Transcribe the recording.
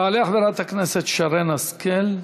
תעלה חברת הכנסת שרן השכל,